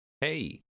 Hey